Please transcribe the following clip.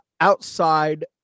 outside